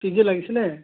P G লাগিছিলে